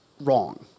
wrong